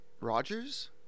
Rogers